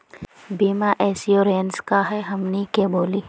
बीमा इंश्योरेंस का है हमनी के बोली?